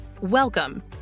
Welcome